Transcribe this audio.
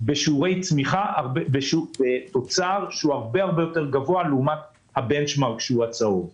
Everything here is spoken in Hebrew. בשיעורי תוצר הרבה יותר גבוהים לעומת הבנצ'מרק שהוא הקו הצהוב.